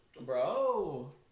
Bro